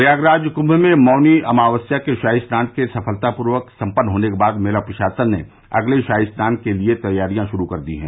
प्रयागराज कृंम में मौनी अमावस्या के शाही स्नान के सफलतापूर्वक सम्पन्न होने के बाद मेला प्रशासन ने अगले शाही स्नान के लिये तैयारियां शुरू कर दी हैं